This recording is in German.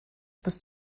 bist